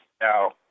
Now